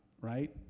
right